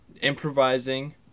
improvising